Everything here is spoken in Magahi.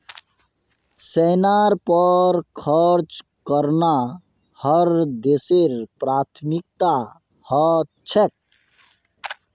सेनार पर खर्च करना हर देशेर प्राथमिकता ह छेक